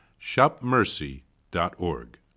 shopmercy.org